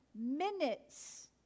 minutes